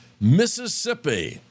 Mississippi